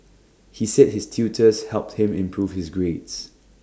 he said his tutors helped him improve his grades